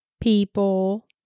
People